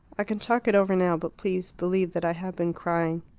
i can talk it over now but please believe that i have been crying.